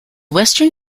western